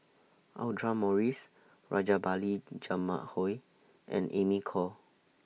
Audra Morrice Rajabali Jumabhoy and Amy Khor